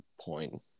point